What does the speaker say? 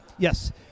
Yes